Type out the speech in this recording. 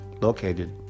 located